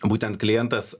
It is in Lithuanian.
būtent klientas